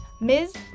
Ms